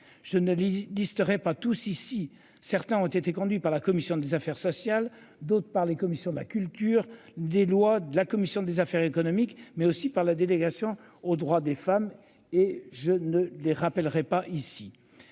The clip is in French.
Je ne le distrait pas tous ici, certains ont été conduits par la commission des affaires sociales. D'autre part, les commissions de la culture des lois de la commission des affaires économiques mais aussi par la délégation aux droits des femmes et je ne les rappellerai pas ici.